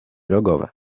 rogowe